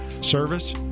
Service